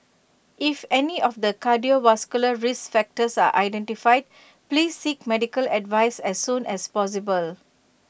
if any of the cardiovascular risk factors are identified please seek medical advice as soon as possible